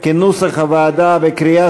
כנוסח הוועדה, בקריאה